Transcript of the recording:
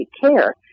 Care